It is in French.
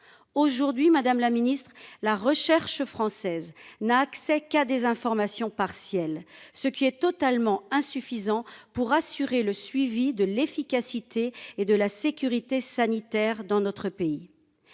Aujourd'hui, madame la ministre, la recherche française n'a accès qu'à des informations partielles, ce qui est totalement insuffisant pour assurer le suivi de l'efficacité de notre politique et de la sécurité sanitaire dans notre pays.